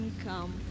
income